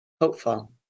Hopeful